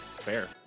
fair